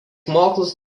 mokslus